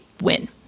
win